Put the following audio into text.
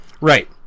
Right